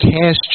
cash